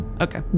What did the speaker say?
okay